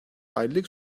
aylık